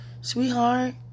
sweetheart